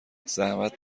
زحمت